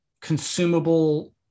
consumable